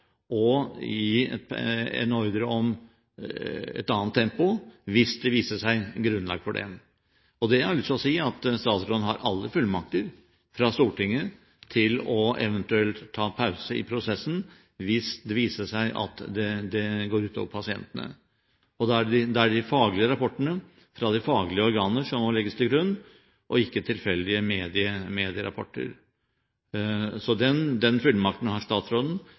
en ordre om et annet tempo hvis det viste seg at det var grunnlag for det. Jeg har lyst til å si at statsråden har alle fullmakter fra Stortinget til eventuelt å ta en pause i prosessen, hvis det viser seg at det går ut over pasientene. Det er de faglige rapportene fra de faglige organer som må legges til grunn, og ikke tilfeldige medierapporter. Den fullmakten har statsråden,